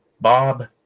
Bob